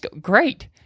great